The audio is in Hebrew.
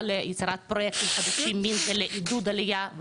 ליצירת פרויקטים שלמים של עידוד עלייה,